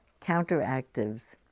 counteractives